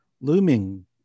looming